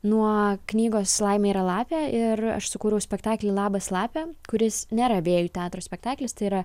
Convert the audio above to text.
nuo knygos laimė yra lapė ir aš sukūriau spektaklį labas lape kuris nėra vėjų teatro spektaklis tai yra